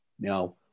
Now